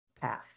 path